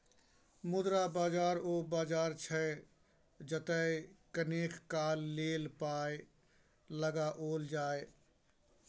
मुद्रा बाजार ओ बाजार छै जतय कनेक काल लेल पाय लगाओल जाय